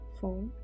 four